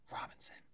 Robinson